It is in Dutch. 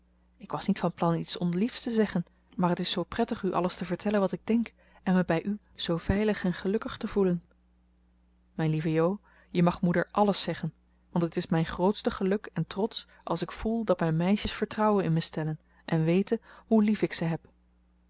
ik was niet van plan iets onliefs te zeggen maar het is zoo prettig u alles te vertellen wat ik denk en me bij u zoo veilig en gelukkig te voelen mijn lieve jo je mag moeder alles zeggen want het is mijn grootste geluk en trots als ik voel dat mijn meisjes vertrouwen in me stellen en weten hoe lief ik ze heb